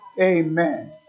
Amen